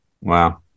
wow